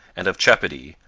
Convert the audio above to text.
and of chepody,